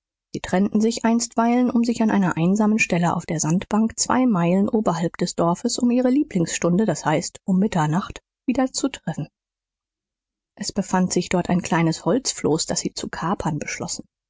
sie trennten sich einstweilen um sich an einer einsamen stelle auf der sandbank zwei meilen oberhalb des dorfes um ihre lieblingsstunde das heißt um mitternacht wieder zu treffen es befand sich dort ein kleines holzfloß das sie zu kapern beschlossen